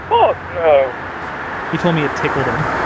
but no he told me it tickled him.